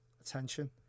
attention